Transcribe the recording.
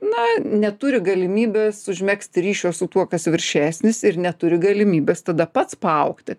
na neturi galimybės užmegzti ryšio su tuo kas viršesnis ir neturi galimybės tada pats paaugti